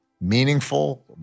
meaningful